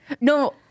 No